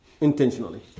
intentionally